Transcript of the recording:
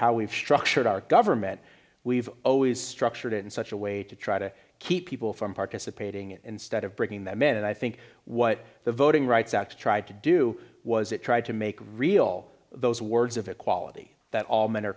how we've structured our government we've always structured in such a way to try to keep people from participating instead of breaking them in and i think what the voting rights act tried to do was it tried to make real those words of equality that all men are